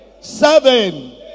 Seven